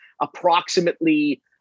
approximately